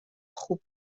خوب